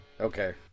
Okay